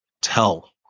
tell